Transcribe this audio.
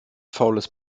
faules